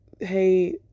hey